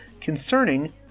concerning